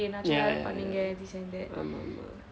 ஆமாம் ஆமாம்:aamaam aamaam